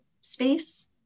space